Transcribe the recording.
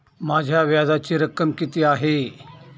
माझ्या व्याजाची रक्कम किती आहे?